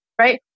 right